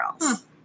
else